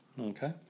Okay